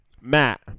Matt